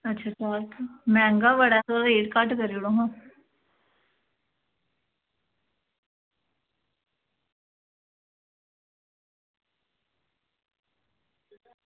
अच्छा अच्छा मैहंगा बड़ा रेट घट्ट करी ओड़ो आं